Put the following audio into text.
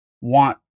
want